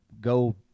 go